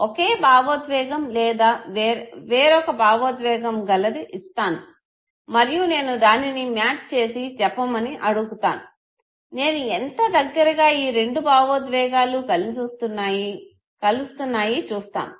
ఒకే భావోద్వేగం లేదా వేరొక భావోద్వేగం గలది ఇస్తాను మరియు నేను దానిని మ్యాచ్ చేసి చెప్పమని అడుగుతాను నేను ఎంత దగ్గరగా ఈ రెండు భావోద్వేగాలు కలుస్తున్నాయి చూస్తాము